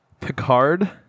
Picard